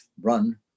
run